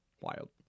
Wild